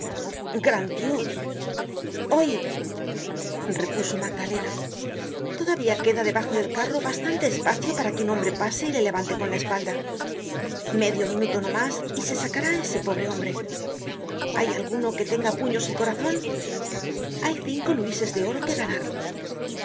dios oid repuso magdalena todavía queda debajo del carro bastante espacio para que un hombre pase y le levante con la espalda medio minuto no mas y se sacará á ese pobre hombre hay alguno que tenga puños y corazon hay cinco luises de oro que ganar